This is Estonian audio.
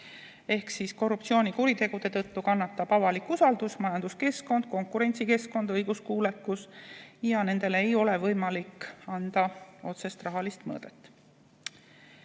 Korruptsioonikuritegude tõttu kannatab avalik usaldus, majanduskeskkond, konkurentsikeskkond ja õiguskuulekus ning nendele ei ole võimalik anda otsest rahalist mõõdet.